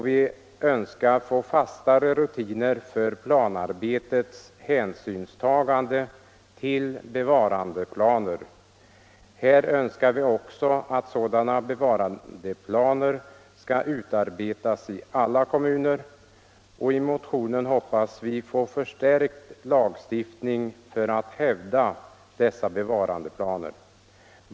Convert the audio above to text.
Vi önskar få fastare rutiner för planarbetets hänsynstagande till bevarandeplaner. Här önskar vi också att sådana bevarandeplaner skall utarbetas i alla kommuner. I motionen säger vi också att vi hoppas få förstärkt lagstiftning för att hävda dessa bevarandeplaner.